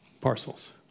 parcels